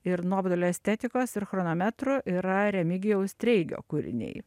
ir nuobodulio estetikos ir chronometrų yra remigijaus treigio kūriniai